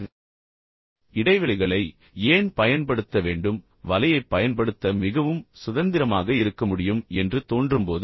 நான் சில இடைவெளிகளில் கவனம் செலுத்தினேன் நீங்கள் அதை ஏன் பயன்படுத்த வேண்டும் கிட்டத்தட்ட நீங்கள் வலையைப் பயன்படுத்த மிகவும் சுதந்திரமாக இருக்க முடியும் என்று தோன்றும்போது